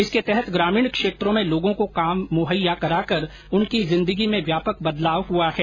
इसके तहत ग्रामीण क्षेत्रों में लोगों को काम मुहैया करा कर उनकी जिन्दगी में व्यापक बदलाव हुआ है